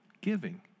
giving